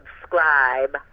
subscribe